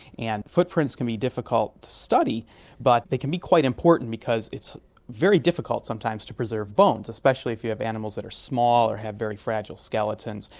and footprints can be difficult to study but they can be quite important because it's very difficult sometimes to preserve bones, especially if you have animals that are small or have very fragile skeletons,